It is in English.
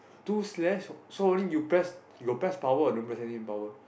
two slash so only you press you got press power or don't press any power